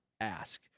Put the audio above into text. ask